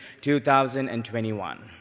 2021